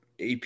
AP